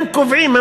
הם קובעים.